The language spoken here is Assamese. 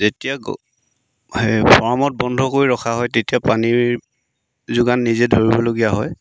যেতিয়া সেই ফাৰ্মত বন্ধ কৰি ৰখা হয় তেতিয়া পানীৰ যোগান নিজে ধৰিবলগীয়া হয়